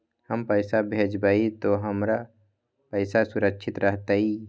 हम पैसा भेजबई तो हमर पैसा सुरक्षित रहतई?